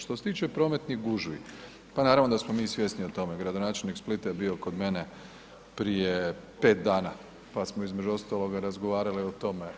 Što se tiče prometnih gužvi, pa naravno da smo mi svjesni o tome, gradonačelnik Splita je bio kod mene prije 5 dana pa smo između ostaloga razgovarali o tome.